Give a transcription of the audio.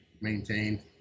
maintained